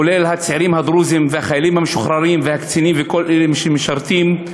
כולל הצעירים הדרוזים והחיילים המשוחררים והקצינים וכל אלה שמשרתים,